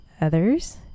others